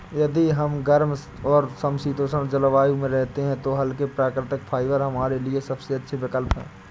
यदि हम गर्म और समशीतोष्ण जलवायु में रहते हैं तो हल्के, प्राकृतिक फाइबर हमारे लिए सबसे अच्छे विकल्प हैं